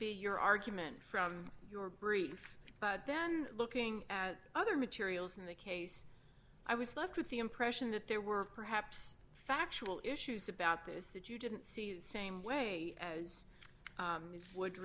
be your argument from your brief but then looking at other materials in the case i was left with the impression that there were perhaps factual issues about this that you didn't see the same way as you would